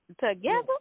Together